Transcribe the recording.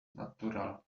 naturalibus